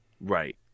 Right